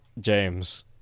James